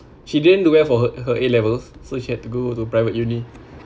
she didn't do well for her her A levels so she had to go to private uni